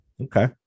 Okay